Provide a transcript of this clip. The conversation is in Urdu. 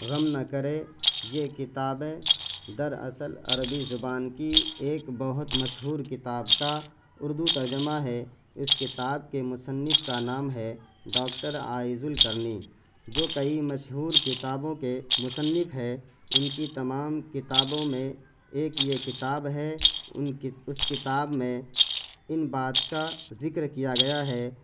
غم نہ کرے یہ کتابیں در اصل عربی زبان کی ایک بہت مشہور کتاب کا اردو ترجمہ ہے اس کتاب کے مصنف کا نام ہے ڈاکٹر عائز القرنی جو کئی مشہور کتابوں کے مصنف ہیں ان کی تمام کتابوں میں ایک یہ کتاب ہے ان کی اس کتاب میں ان بات کا ذکر کیا گیا ہے